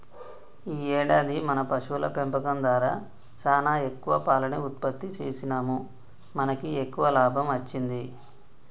ఈ ఏడాది మన పశువుల పెంపకం దారా సానా ఎక్కువ పాలను ఉత్పత్తి సేసినాముమనకి ఎక్కువ లాభం అచ్చింది